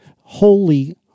holy